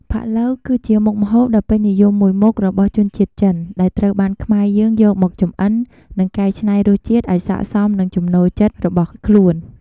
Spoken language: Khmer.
ផាក់ឡូវ គឺជាមុខម្ហូបដ៏ពេញនិយមមួយមុខរបស់ជនជាតិចិន ដែលត្រូវបានខ្មែរយើងយកមកចម្អិន និងកែច្នៃរសជាតិឱ្យស័ក្តិសមនឹងចំណូលចិត្តរបស់ខ្លួន។